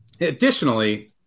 Additionally